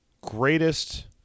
greatest –